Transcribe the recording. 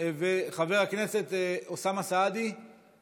התשפ"א 2020, נתקבל.